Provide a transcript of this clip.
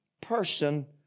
person